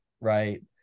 right